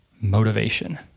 motivation